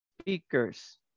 speakers